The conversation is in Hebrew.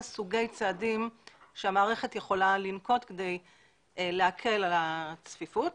סוגי צעדים שהמערכת יכולה לנקוט כדי להקל את הצפיפות.